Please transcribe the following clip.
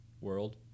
world